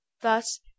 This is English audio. Thus